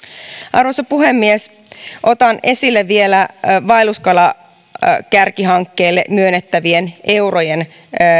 arvoisa puhemies otan esille vielä vaelluskalakärkihankkeelle myönnettävien eurojen